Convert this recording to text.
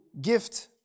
gift